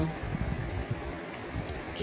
எனவே இதேபோல் தீப்தி தத்தாவுக்கு பாஸ்போர்ட் இல்லை